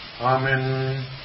Amen